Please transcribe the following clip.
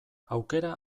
aukera